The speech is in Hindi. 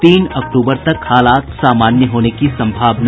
तीन अक्टूबर तक हालात सामान्य होने की संभावना